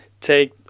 take